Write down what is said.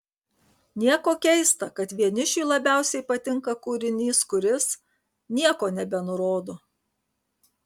nieko keista kad vienišiui labiausiai patinka kūrinys kuris nieko nebenurodo